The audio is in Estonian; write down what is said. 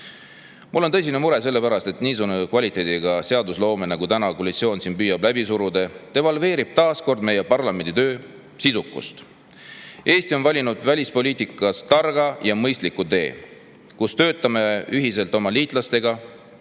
Mul on tõsine mure selle pärast, et niisuguse kvaliteediga seadusloome, nagu täna koalitsioon püüab läbi suruda, devalveerib taas kord meie parlamendi töö sisukust. Eesti on valinud välispoliitikas targa ja mõistliku tee, kus me töötame ühiselt oma liitlastega,